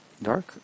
dark